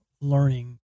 learning